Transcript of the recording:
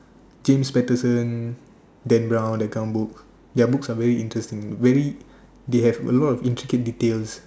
tim Peterson Dan brown that kinda book their books are very interesting very they have a lot of intricate details